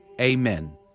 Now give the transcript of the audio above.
Amen